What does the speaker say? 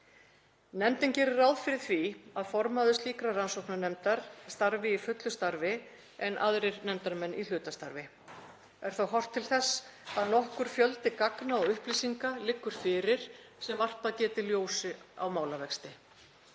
Nefndin gerir ráð fyrir að formaður slíkrar rannsóknarnefndar starfi í fullu starfi en aðrir nefndarmenn í hlutastarfi. Er þá horft til þess að nokkur fjöldi gagna og upplýsinga liggur fyrir sem varpað getur ljósi á málavexti.